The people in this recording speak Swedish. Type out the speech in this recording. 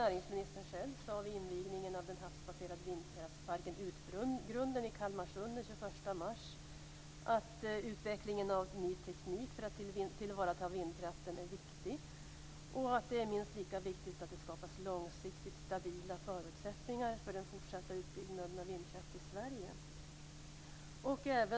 Näringsministern själv sade vid invigningen av den havsbaserade vindkraftsparken Utgrunden i Kalmarsund den 21 mars 2001 att utvecklingen av ny teknik för att tillvarata vindkraften är viktig och att det är minst lika viktigt att det skapas långsiktigt stabila förutsättningar för den fortsatta utbyggnaden av vindkraft i Sverige.